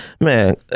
Man